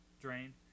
drain